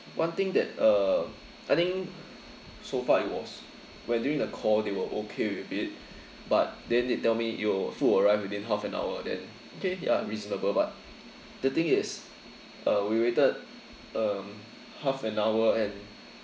one thing that uh I think so far it was when during the call they were okay with it but then they tell me your food will arrive within half an hour then okay ya reasonable but the thing is uh we waited um half an hour and